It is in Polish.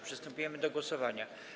Przystępujemy do głosowania.